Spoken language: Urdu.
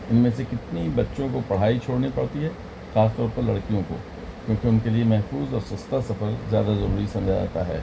ان میں سے کتنی بچوں کو پڑھائی چھوڑنی پڑتی ہے خاص طور پر لڑکیوں کو کیونکہ ان کے لیے محفوظ اور سستا سفر زیادہ ضروری سمجھا جاتا ہے